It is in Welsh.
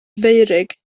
feurig